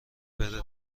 بره